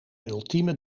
ultieme